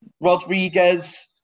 Rodriguez